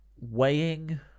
weighing